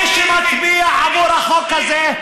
מי שמצביע עבור החוק הזה,